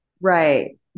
Right